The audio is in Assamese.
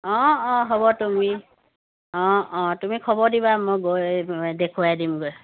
অঁ অঁ হ'ব তুমি অঁ অঁ তুমি খবৰ দিবা মই গৈ দেখুৱাই দিমগৈ